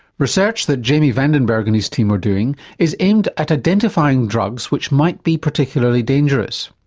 research that jamie vandenberg and his team are doing is aimed at identifying drugs which might be particularly dangerous.